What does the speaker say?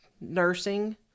nursing